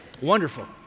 Wonderful